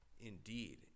indeed